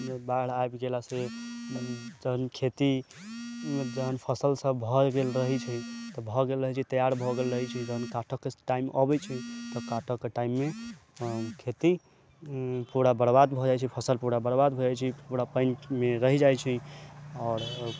बाढ़ि आबि गेलासँ तहन खेतीमे जहन फसल सब भऽ गेल रहै छै तऽ भऽ गेल रहै छै तैयार भऽ गेल रहै छै जहन काटऽके टाइम अबै छै तऽ काटऽके टाइममे हम खेती पूरा बर्बाद भऽ जाइ छै फसल पूरा बर्बाद भऽ जाइ छै पूरा पानिमे रहि जाइ छै आओर